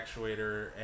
actuator